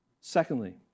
Secondly